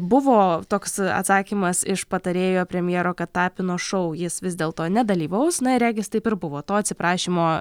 buvo toks atsakymas iš patarėjo premjero kad tapino šou jis vis dėlto nedalyvaus na ir regis taip ir buvo to atsiprašymo